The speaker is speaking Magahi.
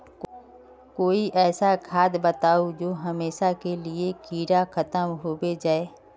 कोई ऐसा खाद बताउ जो हमेशा के लिए कीड़ा खतम होबे जाए?